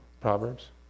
Proverbs